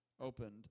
opened